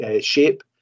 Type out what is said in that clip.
shape